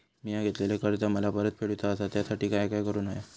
मिया घेतलेले कर्ज मला परत फेडूचा असा त्यासाठी काय काय करून होया?